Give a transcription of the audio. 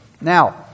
now